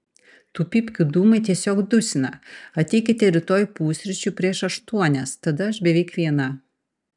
tų pypkių dūmai tiesiog dusina ateikite rytoj pusryčių prieš aštuonias tada aš beveik viena